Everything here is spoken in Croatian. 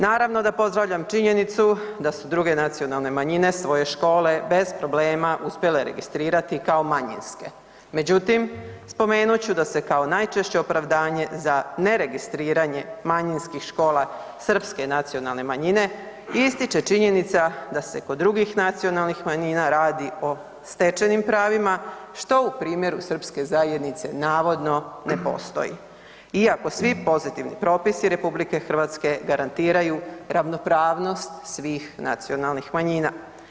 Naravno da pozdravljam činjenicu da su druge nacionalne manjine svoje škole bez problema uspjele registrirati kao manjinske, međutim, spomenut ću da se kao najčešće opravdanje za neregistriranje manjinskih škola srpske nacionalne manjine ističe činjenica da se kod drugih nacionalnih manjina radi o stečenim pravima, što u primjeru srpske zajednice navodno ne postoji, iako svi pozitivni propisi RH garantiraju ravnopravnost svih nacionalnih manjina.